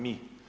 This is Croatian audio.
Mi.